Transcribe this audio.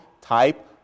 type